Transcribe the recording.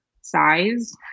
size